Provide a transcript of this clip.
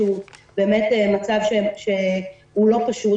שהוא באמת מצב לא פשוט,